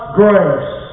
grace